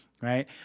right